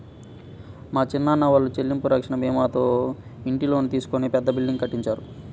మా చిన్నాన్న వాళ్ళు చెల్లింపు రక్షణ భీమాతో ఇంటి లోను తీసుకొని పెద్ద బిల్డింగ్ కట్టించారు